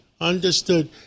Understood